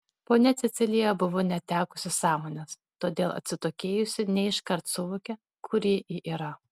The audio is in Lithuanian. ponia cecilija buvo netekusi sąmonės todėl atsitokėjusi ne iškart suvokė kur ji yra